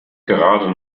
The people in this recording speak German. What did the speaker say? gerade